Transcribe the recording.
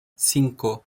cinco